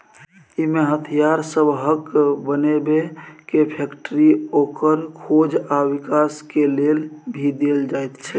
इमे हथियार सबहक बनेबे के फैक्टरी, ओकर खोज आ विकास के लेल भी देल जाइत छै